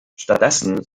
stattdessen